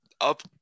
up